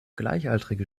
gleichaltrige